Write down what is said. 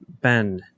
Ben